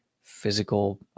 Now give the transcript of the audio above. physical